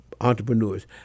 entrepreneurs